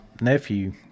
nephew